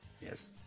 Yes